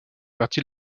partie